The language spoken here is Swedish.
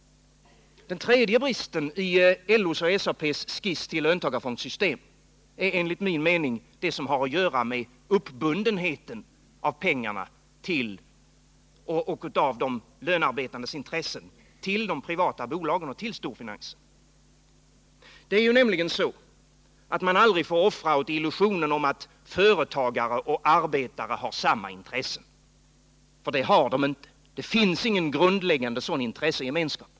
Den tredje bristen i LO-SAP:s skiss till löntagarfondssystem är enligt min mening det som har att göra med uppbundenheten av pengarna och av de lönearbetandes intressen till de privata bolagen och till storfinansen. Det är nämligen så att man aldrig får offra åt illusionen om att företagare och arbetare har samma intressen, för det har de inte. Det finns ingen grundläggande sådan intressegemenskap.